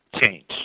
change